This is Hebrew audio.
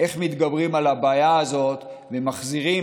איך מתגברים על הבעיה הזאת ומחזירים